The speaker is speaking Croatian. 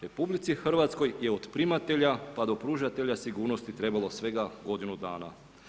RH je od primatelja, pa do pružatelja sigurnosti trebalo svega godinu dana.